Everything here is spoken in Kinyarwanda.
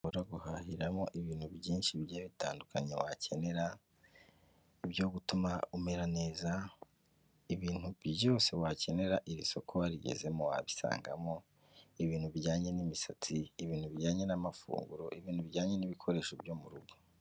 Ushobora guhahiramo ibintu byinshi bigiye bitandukanye wakenera, byo gutuma umera neza, ibintu byose wakenera iri soko warigezemo wabisangamo, ibintu bijyanye n'imisatsi, ibintu bijyanye n'amafunguro, ibintu bijyanye n'ibikoresho byo mu rugo.